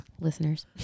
Listeners